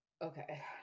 Okay